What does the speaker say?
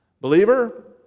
Believer